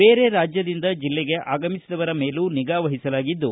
ಬೇರೆ ರಾಜ್ಯದಿಂದ ಜಿಲ್ಲೆಗೆ ಆಗಮಿಸಿದವರ ಮೇಲೂ ನಿಗಾ ವಹಿಸಲಾಗಿದ್ದು